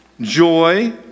joy